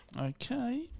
Okay